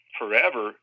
forever